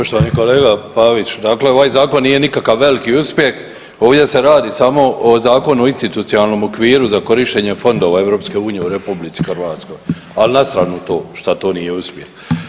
Poštovani kolega Pavić, dakle ovaj zakon nije nikakav veliki uspjeh, ovdje se radi samo o Zakonu o institucionalnom okviru za korištenje fondova EU u RH, ali na stranu to šta to nije uspjeh.